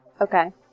Okay